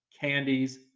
candies